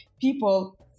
people